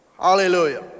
Hallelujah